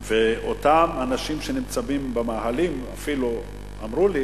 ואותם אנשים שניצבים במאהלים אפילו אמרו לי: